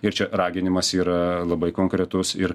ir čia raginimas yra labai konkretus ir